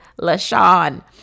LaShawn